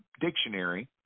Dictionary